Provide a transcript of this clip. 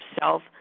self